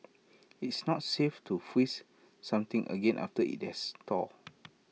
it's not safe to freeze something again after IT has thawed